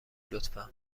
لطفا